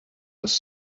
els